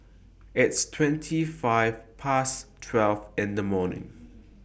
its twenty five Past twelve in The afternoon